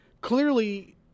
clearly